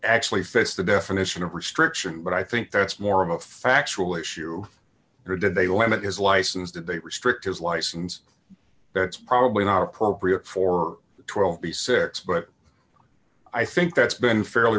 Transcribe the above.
actually fits the definition of restriction but i think that's more of a factual issue or did they limit his license did they restrict his license that's probably not appropriate for the twelve b six but i think that's been fairly